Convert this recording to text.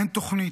אין תוכנית.